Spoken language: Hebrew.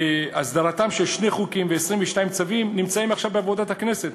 הסדרתם של שני חוקים ו-22 צווים נמצאת עכשיו בעבודת הכנסת,